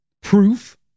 Proof